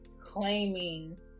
claiming